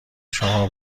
شما